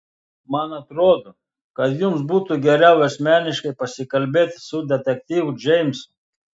man atrodo kad jums būtų geriau asmeniškai pasikalbėti su detektyvu džeimsu